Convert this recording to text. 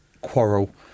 quarrel